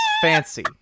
fancy